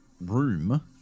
room